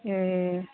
ए